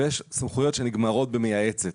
ויש סמכויות שנגמרות במייעצת,